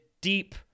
deep